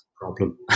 problem